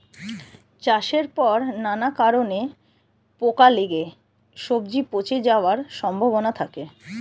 চাষের পর নানা কারণে পোকা লেগে সবজি পচে যাওয়ার সম্ভাবনা থাকে